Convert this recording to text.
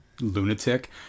lunatic